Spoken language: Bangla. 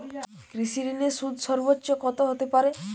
কৃষিঋণের সুদ সর্বোচ্চ কত হতে পারে?